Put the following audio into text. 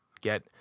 get